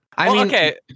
Okay